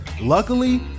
Luckily